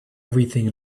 everything